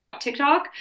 TikTok